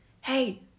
hey